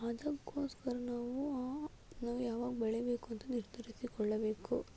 ಅದಕ್ಕೋಸ್ಕರ ನಾವು ಆ ನಾವು ಯಾವಾಗ ಬೆಳೀಬೇಕು ಅಂತ ನಿರ್ಧರಿಸಿಕೊಳ್ಳಬೇಕು